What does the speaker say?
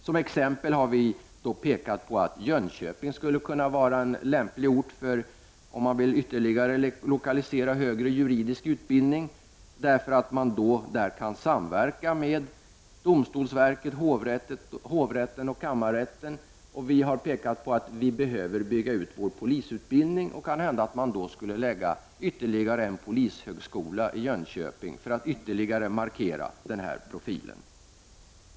Som exempel har vi nämnt att Jönköping skulle kunna vara en lämplig ort för juridisk utbildning, därför att man där kan samverka med domstolsverket, hovrätten och kammarrätten. Vi har också påpekat att vi behöver bygga ut vår polisutbildning. Kanhända skulle man förlägga en polishögskola till Jönköping för att ytterligare medverka till denna profil.